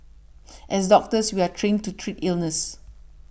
as doctors we are trained to treat illness